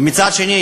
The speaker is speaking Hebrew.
מצד שני,